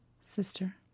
Sister